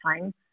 time